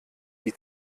die